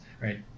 right